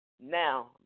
now